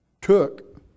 took